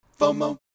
FOMO